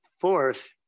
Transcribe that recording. fourth